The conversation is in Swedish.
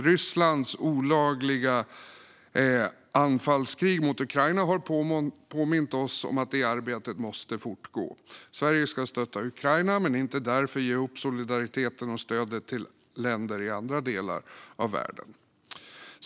Rysslands olagliga anfallskrig mot Ukraina har påmint oss om att det arbetet måste fortgå. Sverige ska stötta Ukraina men inte därför ge upp solidariteten med och stödet till länder i andra delar av världen.